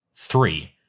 Three